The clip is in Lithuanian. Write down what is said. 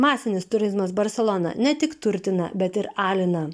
masinis turizmas barseloną ne tik turtina bet ir alina